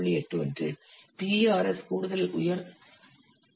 81 PERS கூடுதல் உயர் 0